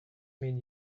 mean